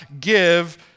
give